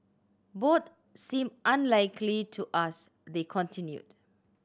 both seem unlikely to us they continued